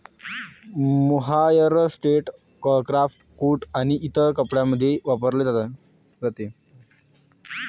mohair sweater, scarf, coat आणि इतर कपड्यांमध्ये वापरले जाते